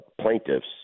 plaintiffs